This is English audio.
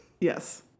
yes